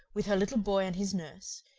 with her little boy and his nurse,